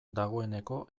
dagoeneko